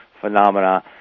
phenomena